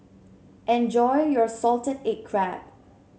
enjoy your Salted Egg Crab